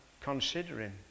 considering